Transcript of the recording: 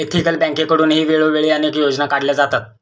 ethical बँकेकडूनही वेळोवेळी अनेक योजना काढल्या जातात